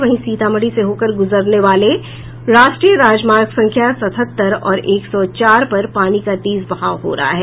वहीं सीतामढ़ी से होकर गुजरने वाले राष्ट्रीय राजमार्ग संख्या सतहत्तर और एक सौ चार पर पानी का तेज बहाव हो रहा है